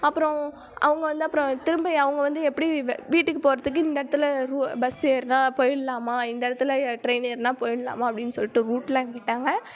அப்புறம் அவங்க வந்து அப்புறம் திரும்ப அவங்க வந்து எப்படி வெ வீட்டுக்குப் போகிறதுக்கு இந்த இடத்துல ரூ பஸ் ஏறுனால் போயிடலாமா இந்த இடத்துல ட்ரெயின் ஏறுனால் போயிடலாமா அப்படின்னு சொல்லிவிட்டு ரூட்டெலாம் கேட்டாங்க